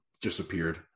Disappeared